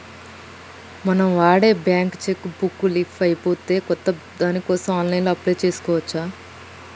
మనం వాడే bank cheque book leafs అయిపోతే కొత్త దానికోసం ఆన్లైన్లో అప్లై చేసుకోవచ్చు